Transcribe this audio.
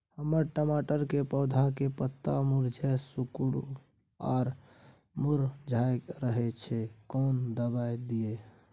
हमर टमाटर के पौधा के पत्ता मुड़के सिकुर आर मुरझाय रहै छै, कोन दबाय दिये?